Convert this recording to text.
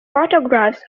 photographs